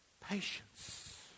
Patience